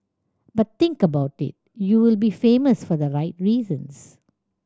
but think about it you will be famous for the right reasons